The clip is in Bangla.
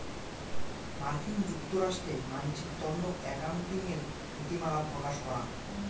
মার্কিন যুক্তরাষ্ট্রে মানসির তন্ন একাউন্টিঙের নীতিমালা প্রকাশ করাং